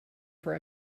for